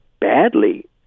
badly